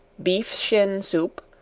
beef shin soup,